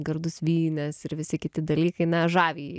gardus vynas ir visi kiti dalykai na žavi